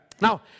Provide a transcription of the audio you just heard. Now